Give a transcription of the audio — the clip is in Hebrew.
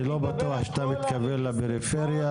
אני לא בטוח שאתה מתכוון לפריפריה,